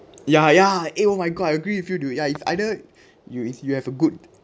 ya ya eh oh my god I agree with you two ya it's either you it's you have a good